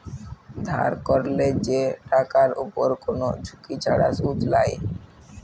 ধার ক্যরলে যে টাকার উপরে কোন ঝুঁকি ছাড়া শুধ লায়